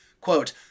Quote